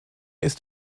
ist